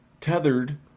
tethered